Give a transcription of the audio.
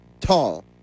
tall